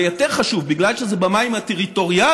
ויותר חשוב, בגלל שזה במים הטריטוריאליים,